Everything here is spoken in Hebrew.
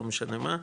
לא משנה מה,